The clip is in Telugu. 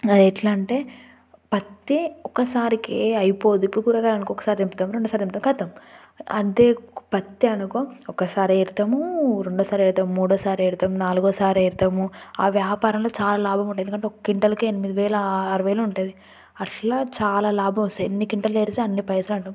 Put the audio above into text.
ఎట్లా అంటే పత్తి ఒక్కసారికే అయిపోదు ఇప్పుడు కూరగాయలనుకో ఒకసారి తెంపుతాం రెండోసారి తెంపుతాం ఖతం అంతే పత్తి అనుకో ఒకసారి ఏరతాము రెండోసారి ఏరతాం మూడోసారి ఏరతాం నాలుగోసారి ఏరతాము ఆ వ్యాపారంలో చాలా లాభం ఉంటుంది ఎందుకంటే ఒక క్వింటాల్కే ఎనిమిది వేలు ఆరు వేలు ఉంటుంది అట్లా చాలా లాభం వస్తాయి ఎన్ని క్వింటల్ ఏరేస్తే అన్ని పైసలు